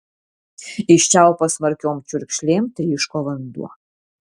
iš čiaupo smarkiom čiurkšlėm tryško vanduo